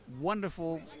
wonderful